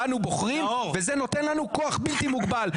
בנו בוחרים וזה נותן לנו כוח בלתי מוגבל.